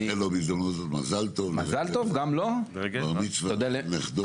נאחל לו בהזדמנות מזל טוב, בר מצווה לנכדו.